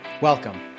Welcome